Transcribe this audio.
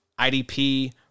IDP